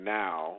now